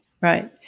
Right